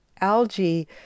algae